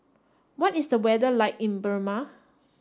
what is the weather like in Burma